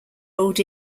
old